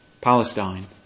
Palestine